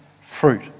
fruit